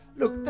look